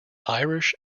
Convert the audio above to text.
irish